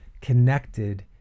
connected